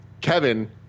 Kevin